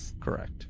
Correct